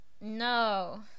No